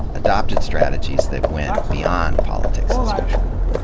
adopted strategies that went beyond politics as usual.